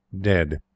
dead